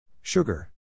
Sugar